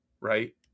right